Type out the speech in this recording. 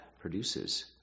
produces